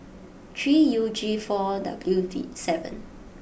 three U G four W T seven